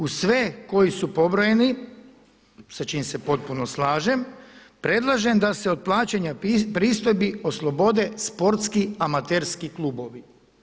Uz sve koji su pobrojeni, sa čime se potpuno slažem, predlažem da se od plaćanja pristojbi oslobode sportski amaterski klubovi.